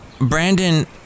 Brandon